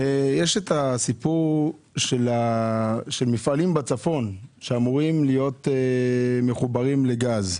יש את הסיפור של מפעלים בצפון שאמורים להיות מחוברים לגז.